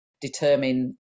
determine